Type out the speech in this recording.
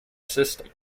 system